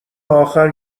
اخر